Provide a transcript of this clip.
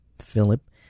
Philip